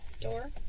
Door